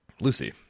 Lucy